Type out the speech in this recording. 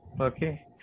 Okay